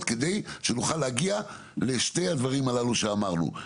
כדי שנוכל להגיע לשני הדברים הללו שאמרנו,